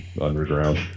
underground